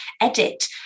edit